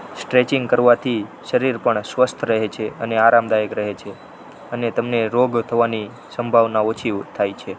stretching કરવાથી શરીર પણ સ્વસ્થ રહે છે અને આરામદાયક રહે છે અને તમને રોગ થવાની સંભાવના ઓછી થાય છે